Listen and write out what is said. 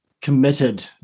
committed